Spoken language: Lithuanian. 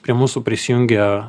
prie mūsų prisijungė